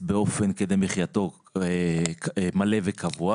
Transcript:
--- אי אפשר להתפרנס כדי מחייתו מלא וקבוע.